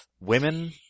Women